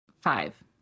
five